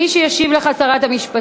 מי שתשיב לך היא שרת המשפטים,